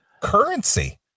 currency